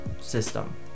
system